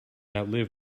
outlive